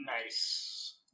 Nice